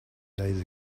days